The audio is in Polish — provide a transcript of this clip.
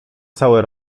cały